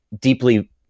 deeply